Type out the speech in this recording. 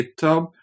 GitHub